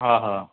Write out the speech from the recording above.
હા હં